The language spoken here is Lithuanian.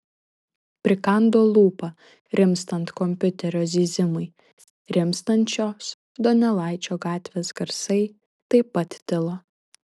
prikando lūpą rimstant kompiuterio zyzimui rimstančios donelaičio gatvės garsai taip pat tilo